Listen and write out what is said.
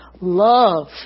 Love